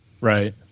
Right